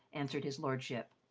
answered his lordship.